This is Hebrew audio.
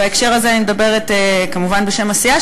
בהקשר הזה אני מדברת כמובן בשם הסיעה